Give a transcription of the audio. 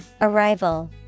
Arrival